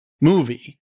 movie